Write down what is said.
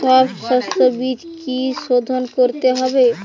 সব শষ্যবীজ কি সোধন করতে হবে?